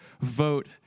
vote